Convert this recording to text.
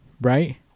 right